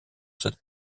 cette